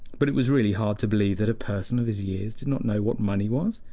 but it was really hard to believe that a person of his years did not know what money was.